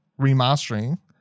remastering